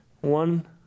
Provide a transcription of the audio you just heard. one